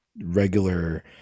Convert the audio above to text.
regular